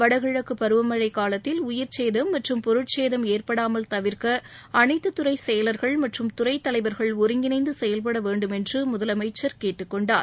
வடகிழக்கு பருவமழை காலத்தில் உயிர்சேதம் மற்றும் பொருட்சேதம் ஏற்படாமல் தவிர்க்க அனைத்து துறை செயலர்கள் மற்றும் துறைத் தலைவர்கள் ஒருங்கிணைந்து செயல்பட வேன்டும் என்று முதலமைச்சர் கேட்டுக்கொண்டார்